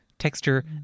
Texture